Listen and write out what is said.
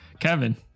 Kevin